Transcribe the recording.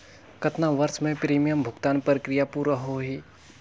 कतना वर्ष मे प्रीमियम भुगतान प्रक्रिया पूरा होही?